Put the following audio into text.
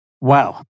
Wow